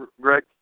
Greg